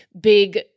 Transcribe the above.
big